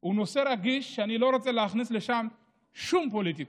הוא נושא רגיש, ואני לא רוצה להכניס שום פוליטיקה,